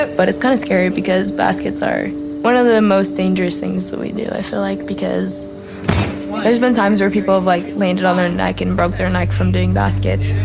but but it's kind of scary because baskets are one of the most dangerous things so we do. i feel like because there's been times where people like landed on their neck and broke their necks funding baskets